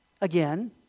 again